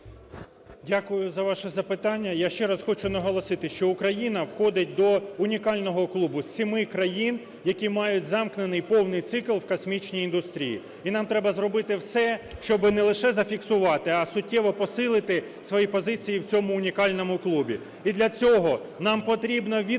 Дякую за ваше запитання. Я ще раз хочу наголосити, що Україна входить до унікального клубу семи країн, які мають замкнений повний цикл в космічній індустрії. І нам треба зробити все, щоби не лише зафіксувати, а суттєво посилити свої позиції в цьому унікальному клубі.